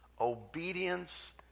obedience